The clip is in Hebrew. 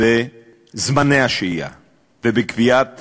בזמני השהייה ובקביעת